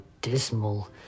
dismal